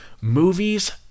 Movies